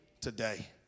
today